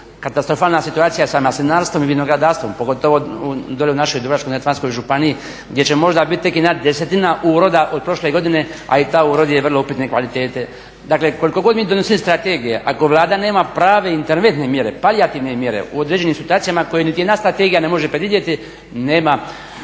Katastrofalna situacija sa maslinarstvo i vinogradarstvom, pogotovo dolje u našoj Dubrovačko-neretvanskoj županiji gdje će možda biti tek jedna desetina uroda od prošle godine, a i taj urod je vrlo upitne kvalitete. Dakle, koliko god mi donosili strategije, ako Vlada nema prave interventne mjere, palijativne mjere u određenim situacijama koje niti jedna strategija ne može predvidjeti, nema